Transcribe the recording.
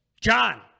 John